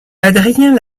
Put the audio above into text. adrien